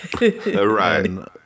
Right